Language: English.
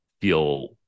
feel